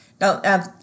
Now